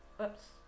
Oops